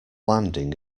landing